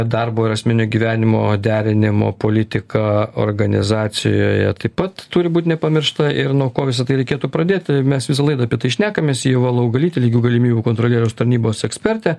darbo ir asmeninio gyvenimo derinimo politika organizacijoje taip pat turi būt nepamiršta ir nuo ko visa tai reikėtų pradėti mes visą laidą apie tai šnekamės ieva laugalytė lygių galimybių kontrolieriaus tarnybos ekspertė